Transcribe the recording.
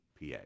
PA